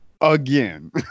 again